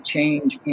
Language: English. change